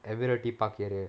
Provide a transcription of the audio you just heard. admiralty park area